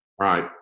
right